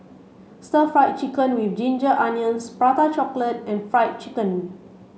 stir fried chicken with ginger onions prata chocolate and fried chicken